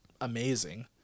amazing